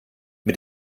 mit